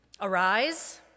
Arise